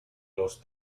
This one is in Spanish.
los